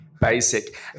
basic